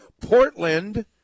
Portland